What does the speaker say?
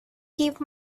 give